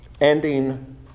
ending